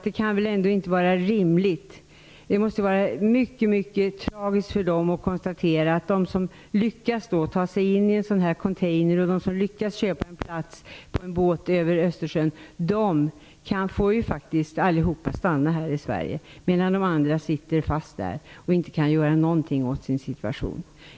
Det kan väl ändå inte vara rimligt som det är nu? Det måste vara mycket tragiskt för dem att konstatera att de som lyckas ta sig in i en container och som lyckas köpa sig en plats på en båt över Östersjön får allihopa stanna här i Sverige, medan de själva sitter fast där och inte kan göra någonting åt sin situation.